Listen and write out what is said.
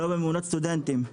לא במעונות הסטודנטים,